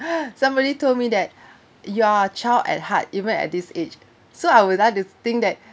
somebody told me that you are child at heart even at this age so I would like to think that